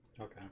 okay